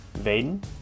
Vaden